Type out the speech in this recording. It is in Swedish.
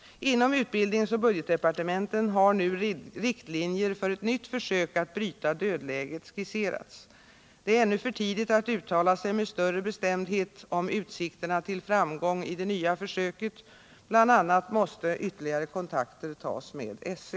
Inom utbildningsoch budgetdepartementen har nu riktlinjer för ett nytt försök att bryta dödläget skisserats. Det är ännu för tidigt att uttala sig med större bestämdhet om utsikterna till framgång i det nya försöket — bl.a. måste ytterligare kontakter tas med SÖ.